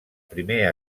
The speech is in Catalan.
primer